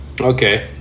Okay